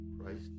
Christ